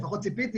לפחות ציפיתי,